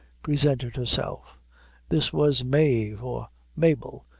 presented herself this was mave or mabel,